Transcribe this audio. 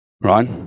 Right